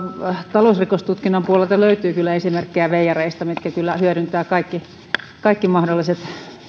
talousrikostutkinnan puolelta löytyy kyllä esimerkkejä veijareista jotka kyllä hyödyntävät kaikki kaikki mahdolliset